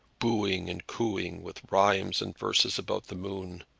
booing and cooing, with rhymes and verses about de moon,